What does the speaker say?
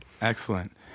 Excellent